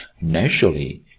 naturally